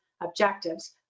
objectives